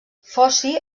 foci